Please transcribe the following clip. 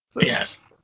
Yes